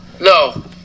No